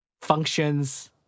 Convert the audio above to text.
functions